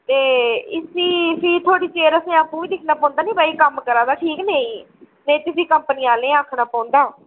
ते इस्सी फ्ही थोह्ड़ी चिर असें भी आपूं बी दिक्खना पौंदा भाई कम्म करा दा ठीक नेईं ते फ्ही कंपनी आह्ले ई आखना पौंदा